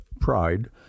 pride